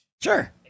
Sure